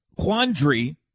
quandary